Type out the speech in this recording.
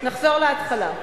נחזור להתחלה.